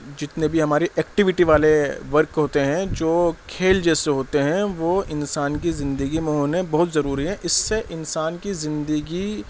جتنے بھی ہماری ایکٹیویٹی والے ورک ہوتے ہیں جو کھیل جیسے ہوتے ہیں وہ انسان کی زندگی میں ہونے بہت ضروری ہیں اس سے انسان کی زندگی